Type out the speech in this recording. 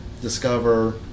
discover